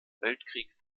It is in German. weltkrieg